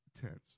tense